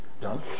done